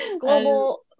Global